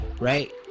right